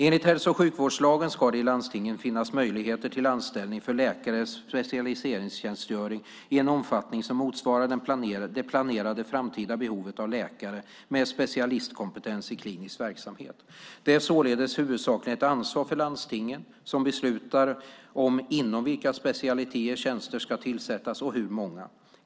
Enligt hälso och sjukvårdslagen ska det i landstingen finnas möjligheter till anställning för läkares specialiseringstjänstgöring i en omfattning som motsvarar det planerade framtida behovet av läkare med specialistkompetens i klinisk verksamhet. Det är således huvudsakligen ett ansvar för landstingen, som beslutar om inom vilka specialiteter tjänster ska tillsättas och hur många.